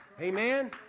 Amen